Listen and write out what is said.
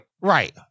Right